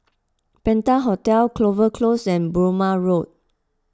Penta Hotel Clover Close and Burmah Road